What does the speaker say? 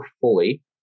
fully